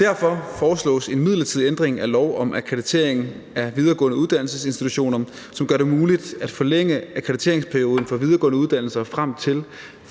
Derfor foreslås en midlertidig ændring af lov om akkreditering af videregående uddannelsesinstitutioner, som gør det muligt at forlænge akkrediteringsperioden for videregående uddannelser frem til